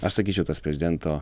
aš sakyčiau tas prezidento